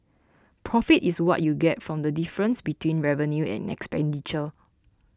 profit is what you get from the difference between revenue and expenditure